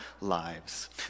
lives